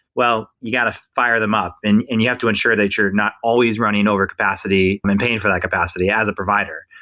well you got to fire them up and and you have to ensure that you're not always running over capacity, i mean paying for that capacity as a provider,